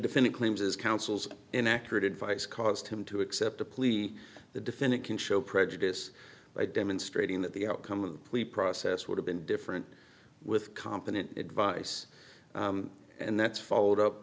defendant claims as counsels inaccurate advice caused him to accept a plea the defendant can show prejudice by demonstrating that the outcome of the plea process would have been different with competent advice and that's followed up